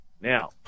Now